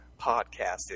Podcasting